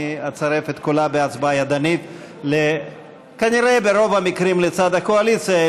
אני אצרף את קולה בהצבעה ידנית כנראה ברוב המקרים לצד הקואליציה,